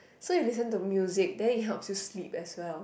so you listen to music then it helps you sleep as well